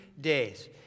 days